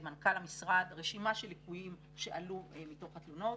למנכ"ל המשרד רשימה של ליקויים שעלו מתוך התלונות